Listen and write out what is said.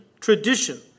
tradition